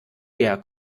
der